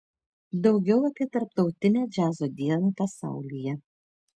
daugiau apie tarptautinę džiazo dieną pasaulyje